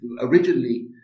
Originally